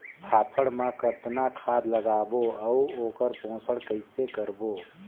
फाफण मा कतना खाद लगाबो अउ ओकर पोषण कइसे करबो?